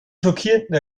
schockierenden